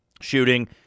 shooting